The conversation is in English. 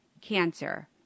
cancer